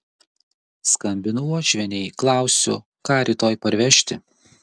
skambinu uošvienei klausiu ką rytoj parvežti